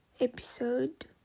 episode